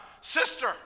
sister